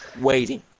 waiting